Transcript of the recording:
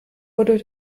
wurde